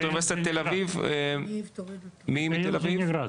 אוניברסיטת תל אביב מי הנציגים?